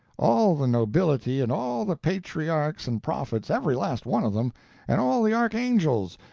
all the nobility, and all the patriarchs and prophets every last one of them and all the archangels,